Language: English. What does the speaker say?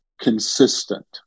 consistent